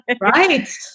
Right